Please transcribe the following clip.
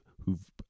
who've